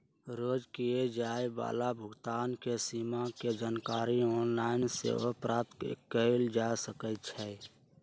रोज कये जाय वला भुगतान के सीमा के जानकारी ऑनलाइन सेहो प्राप्त कएल जा सकइ छै